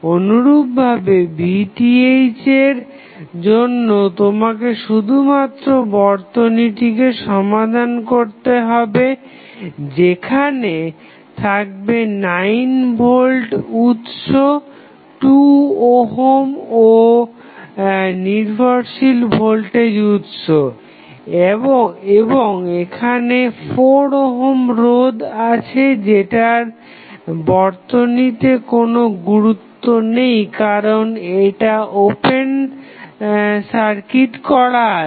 অনুরূপভাবে Vth এর জন্য তোমাকে শুধুমাত্র বর্তনীটিকে সমাধান করতে হবে যেখানে থাকবে 9 ভোল্ট উৎস 2 ওহম ও নির্ভরশীল ভোল্টেজ উৎস এবং এখানে 4 ওহম রোধ আছে যেটার বর্তনীতে কোনো গুরুত্ব নেই কারণ এটা ওপেন সার্কিট করা আছে